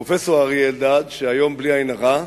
פרופסור אריה אלדד, שהיום, בלי עין הרע,